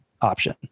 option